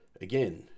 again